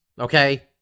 Okay